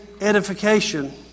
edification